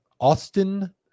austin